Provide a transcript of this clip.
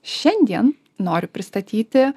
šiandien noriu pristatyti